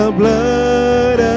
blood